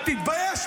תתבייש.